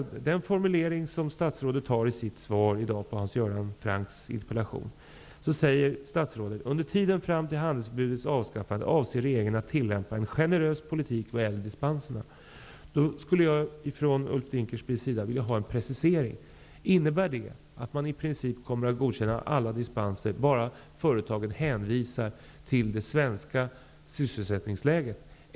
I den formulering som statsrådet använder i sitt svar till Hans Göran ''Under tiden fram till handelsförbudets avskaffande avser regeringen att tillämpa en generös politik vad gäller dispenserna.'' Jag skulle vilja få en precisering från Ulf Dinkelspiel. Innebär det att man i princip kommer att bifalla alla dispensansökningar så snart företaget hänvisar till det svenska sysselsättningsläget?